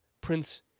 Prince